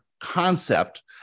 concept